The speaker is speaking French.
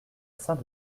saint